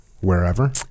Wherever